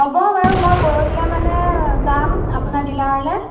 হ'ব বাৰু মই পৰহিলৈ মানে যাম আপোনাৰ ডিলাৰলৈ